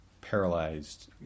paralyzed